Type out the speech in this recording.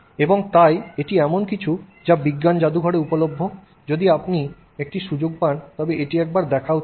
এবং তাই এটি এমন কিছু যা বিজ্ঞান যাদুঘরে উপলভ্য যদি আপনি একটি সুযোগ পান তবে এটি একবার দেখা উচিত